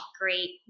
great